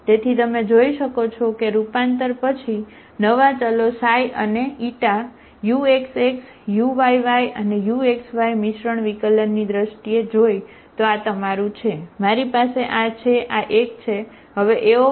તેથી તમે જોઈ શકો છો કે રૂપાંતર પછી નવા ચલો અને uxx uyy અને uxyમિશ્રણ વિકલન ની દ્રષ્ટિએ જોઈ તો આ તમારું છે મારી પાસે આ છે આ એક છે બરાબર